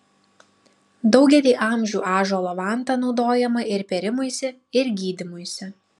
daugelį amžių ąžuolo vanta naudojama ir pėrimuisi ir gydymuisi